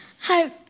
Hi